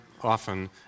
often